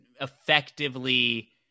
effectively